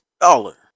dollar